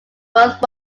both